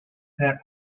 her